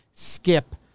Skip